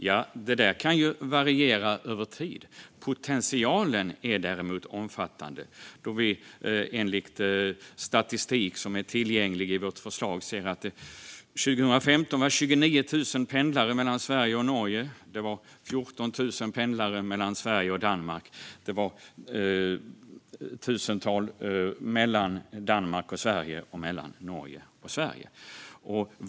Ja, det kan ju variera över tid, men potentialen är omfattande - enligt den statistik som finns tillgänglig i vårt förslag ser vi att det år 2009 fanns 29 000 pendlare mellan Sverige och Norge och 14 000 pendlare mellan Sverige och Danmark. Det var ett tusental mellan Danmark och Sverige och mellan Norge och Sverige.